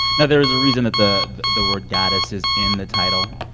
now there is a reason that the the word goddess is in the title.